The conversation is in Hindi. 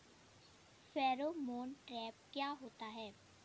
फेरोमोन ट्रैप क्या होता है?